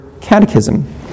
Catechism